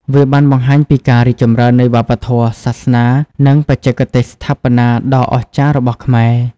វាបានបង្ហាញពីការរីកចម្រើននៃវប្បធម៌ សាសនា និងបច្ចេកទេសស្ថាបនាដ៏អស្ចារ្យរបស់ខ្មែរ។